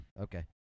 Okay